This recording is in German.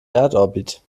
erdorbit